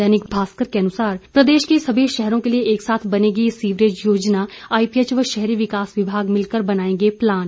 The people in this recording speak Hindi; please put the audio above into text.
दैनिक भास्कर के अनुसार प्रदेश के सभी शहरों के लिए एक साथ बनेगी सीवरेज योजना आईपीएच व शहरी विकास विभाग मिलकर बनाएंगे प्लान